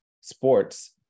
sports